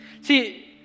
See